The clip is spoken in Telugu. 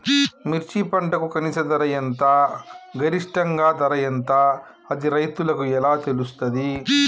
మిర్చి పంటకు కనీస ధర ఎంత గరిష్టంగా ధర ఎంత అది రైతులకు ఎలా తెలుస్తది?